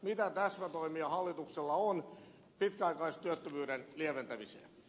mitä täsmätoimia hallituksella on pitkäaikaistyöttömyyden lieventämiseen